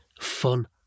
fun